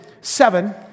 seven